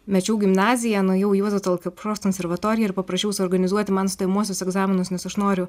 mečiau gimnaziją nuėjau juozo tallat kelpšos konservatoriją ir paprašiau suorganizuoti man stojamuosius egzaminus nes aš noriu